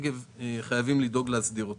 חייבים לדאוג להסדרת הנגב.